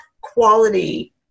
quality